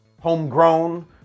homegrown